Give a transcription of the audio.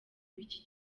wiki